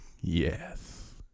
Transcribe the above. Yes